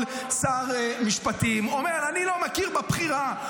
שר המשפטים אומר: אני לא מכיר בבחירה.